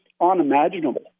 unimaginable